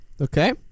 Okay